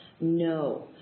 No